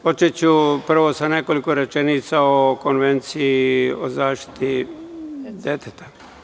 Počeću prvo sa nekoliko rečenica o Konvenciji o zaštiti deteta.